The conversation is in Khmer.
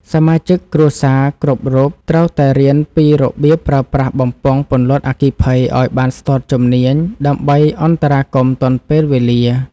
សមាជិកគ្រួសារគ្រប់រូបត្រូវតែរៀនពីរបៀបប្រើប្រាស់បំពង់ពន្លត់អគ្គិភ័យឱ្យបានស្ទាត់ជំនាញដើម្បីអន្តរាគមន៍ទាន់ពេលវេលា។